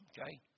Okay